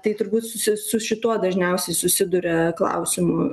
tai turbūt sus su šituo dažniausiai susiduria klausimu